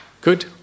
Good